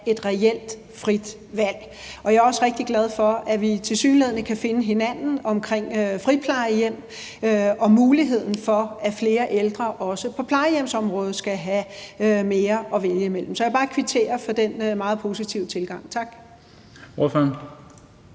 et reelt frit valg. Jeg er også rigtig glad for, at vi tilsyneladende kan finde hinanden omkring friplejehjem og muligheden for, at flere ældre, også på plejehjemsområdet, skal have mere at vælge imellem. Så jeg vil bare kvittere for den meget positive tilgang. Tak.